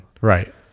Right